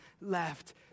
left